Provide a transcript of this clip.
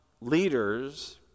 leaders